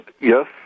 yes